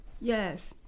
Yes